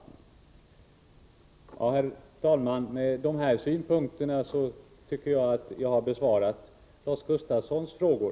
Herr talman! Med detta anser jag mig ha besvarat Lars Gustafssons frågor.